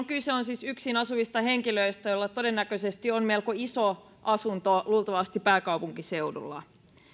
kyse on siis yksin asuvista henkilöistä joilla todennäköisesti on melko iso asunto luultavasti pääkaupunkiseudulla